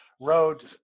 road